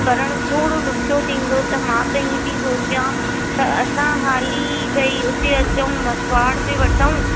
करणु थोरो ॾुखियो थींदो त मां त हीअं थी सोचियां त असां हाली भई उते अचऊं मसुवाड़ ते वठूं